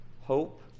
Hope